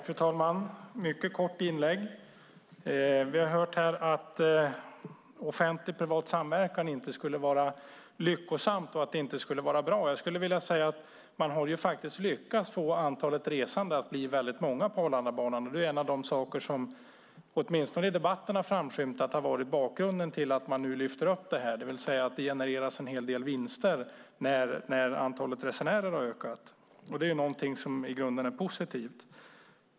Fru talman! Vi har hört att offentlig-privat samverkan inte skulle vara något lyckosamt och bra. Man har faktiskt lyckats få antalet resande på Arlandabanan att öka. Det är en av de saker som åtminstone i debatten har varit bakgrunden till att man nu lyfter upp frågan. Det genereras en hel del vinst när antalet resenärer ökar. Det är i grunden positivt.